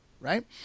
Right